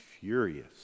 furious